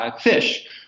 fish